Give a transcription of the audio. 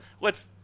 lets